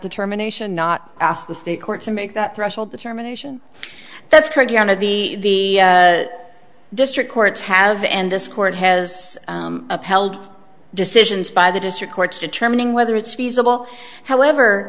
determination not ask the state court to make that threshold determination that's currently under the district courts have and this court has upheld decisions by the district courts determining whether it's feasible however